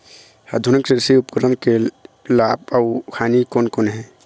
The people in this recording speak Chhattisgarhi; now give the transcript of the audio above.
आधुनिक कृषि उपकरण के लाभ अऊ हानि कोन कोन हे?